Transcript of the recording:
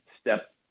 step